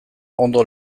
ondo